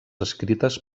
escrites